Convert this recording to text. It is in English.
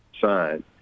signed